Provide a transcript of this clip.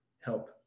help